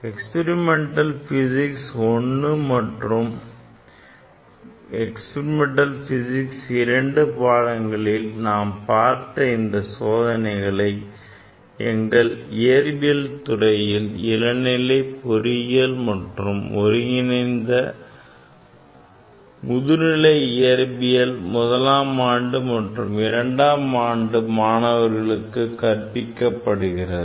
experimental physics I and in experimental physics II பாடங்களில் நாம் பார்த்த இந்த சோதனைகளை எங்கள் இயற்பியல் துறையில் இளநிலை பொறியியல் மற்றும் ஒருங்கிணைந்த முதுகலை இயற்பியல் முதலாம் ஆண்டு மற்றும் இரண்டாம் ஆண்டு மாணவர்களுக்கு கற்பிக்கப்படுகின்றது